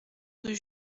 rue